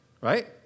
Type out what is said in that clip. Right